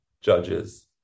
judges